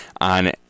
on